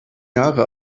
jahre